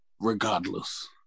regardless